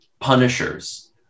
punishers